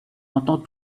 entend